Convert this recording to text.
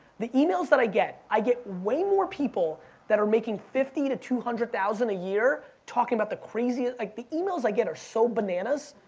the emails that i get, i get way more people that are making fifty to two hundred thousand a year talking at the craziest, like the emails i get are so bananas.